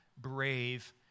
brave